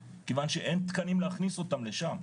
בטיפול נמרץ כיוון שאין תקנים להכניס אותן לשם,